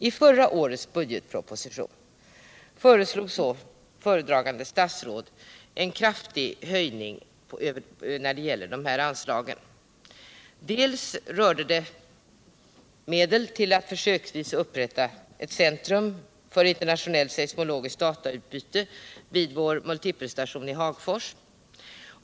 I förra årets budgetproposition föreslog föredragande statsrådet en kraftig höjning när det gäller dessa anslag. Bl.a. föreslogs en höjning för att försöksvis upprätta ett centrum för internationellt seismologiskt datautbyte vid vår multipelstation i Hagfors.